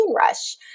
rush